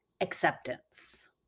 acceptance